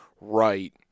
right